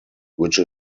which